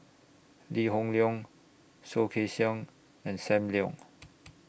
Lee Hoon Leong Soh Kay Siang and SAM Leong